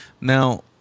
Now